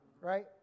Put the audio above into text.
Right